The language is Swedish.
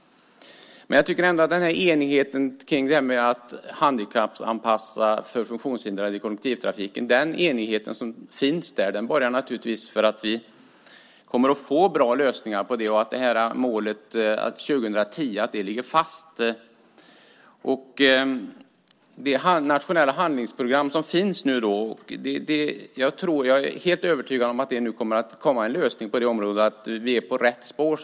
Men den enighet som finns för att handikappanpassa kollektivtrafiken så att den passar funktionshindrade borgar för att det kommer att bli bra lösningar. Målet 2010 ligger fast. Jag är helt övertygad om att det nationella handlingsprogrammet kommer att ge en lösning på området. Vi är på rätt spår.